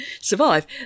survive